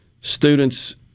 students